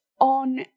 on